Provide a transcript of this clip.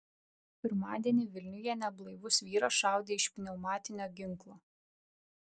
pirmadienį vilniuje neblaivus vyras šaudė iš pneumatinio ginklo